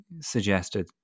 suggested